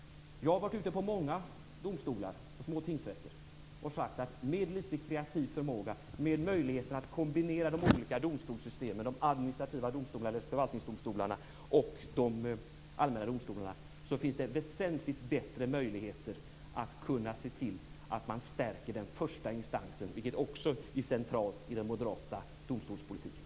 Vi har varit på många små tingsrätter och sagt att med litet kreativ förmåga, med möjlighet att kombinera de olika domstolssystemen - förvaltningsdomstolarna och de allmänna domstolarna - finns det väsentligt bättre möjligheter att stärka den första instansen, vilket också är centralt i den moderata domstolspolitiken.